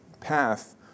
path